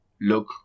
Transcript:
look